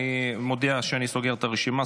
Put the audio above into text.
אני מודיע שאני סוגר את הרשימה,